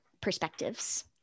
perspectives